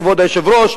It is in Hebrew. כבוד היושב-ראש,